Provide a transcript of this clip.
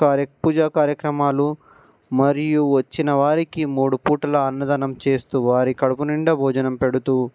కార్య పూజా కార్యక్రమాలు మరియు వచ్చిన వారికి మూడు పూటలా అన్నదానం చేస్తూ వారి కడుపునిండా భోజనం పెడుతూ